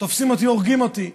תופסים אותי, הורגים אותי.